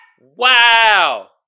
Wow